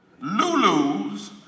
Lulu's